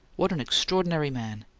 what an extraordinary man!